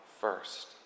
first